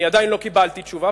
אני עדיין לא קיבלתי תשובה.